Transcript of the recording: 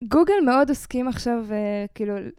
גוגל מאוד עוסקים עכשיו, כאילו...